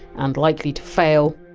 and likely to fail.